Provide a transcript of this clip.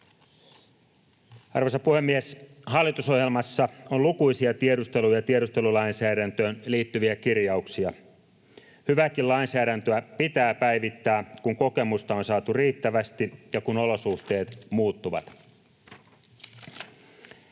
Arvoisa puhemies! Hallitusohjelmassa on lukuisia tiedusteluun ja tiedustelulainsäädäntöön liittyviä kirjauksia. Hyvääkin lainsäädäntöä pitää päivittää, kun kokemusta on saatu riittävästi ja kun olosuhteet muuttuvat.